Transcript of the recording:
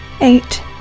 Eight